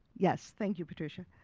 yes. thank you patricia.